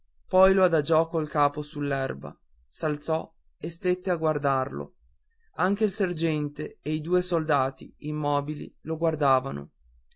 poi lo adagiò col capo sull'erba s'alzò e stette a guardarlo anche il sergente e i due soldati immobili lo guardavano